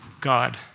God